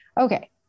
Okay